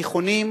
בתיכונים,